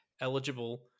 eligible